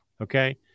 okay